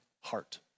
heart